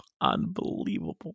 unbelievable